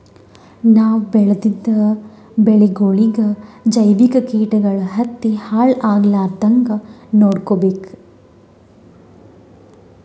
ನಾವ್ ಬೆಳೆದಿದ್ದ ಬೆಳಿಗೊಳಿಗಿ ಜೈವಿಕ್ ಕೀಟಗಳು ಹತ್ತಿ ಹಾಳ್ ಆಗಲಾರದಂಗ್ ನೊಡ್ಕೊಬೇಕ್